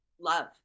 love